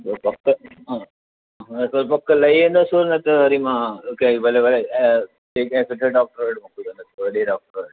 ॿियो पका हा हुन सां पका लई वेंदो सूरु न त वरी मां मूंखे कंहिं भले भले ऐं कैं सुठे डॉक्टर वटि मोकिलियो न त वॾे डॉक्टर वटि